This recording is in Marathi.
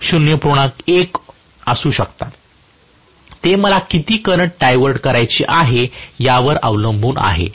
1 असू शकतात ते मला किती करंट डायव्हर्ट करायचे आहे यावर अवलंबून आहे